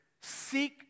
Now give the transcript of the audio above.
Seek